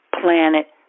planet